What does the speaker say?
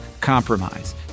compromise